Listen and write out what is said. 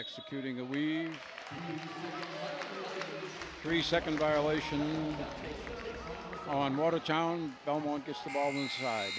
executing a we three second violation on watertown don't want to